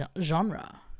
genre